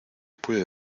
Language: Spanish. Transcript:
puede